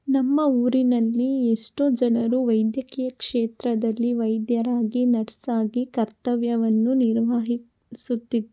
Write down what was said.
ನಮ್ಮ ಊರಿನಲ್ಲಿ ಎಷ್ಟೋ ಜನರು ವೈದ್ಯಕೀಯ ಕ್ಷೇತ್ರದಲ್ಲಿ ವೈದ್ಯರಾಗಿ ನರ್ಸಾಗಿ ಕರ್ತವ್ಯವನ್ನು ನಿರ್ವಹಿಸುತ್ತಿದ್ದಾರೆ